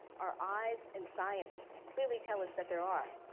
our eyes and science clearly tell us that there are.